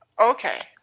Okay